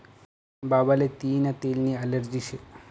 बाबाले तियीना तेलनी ॲलर्जी शे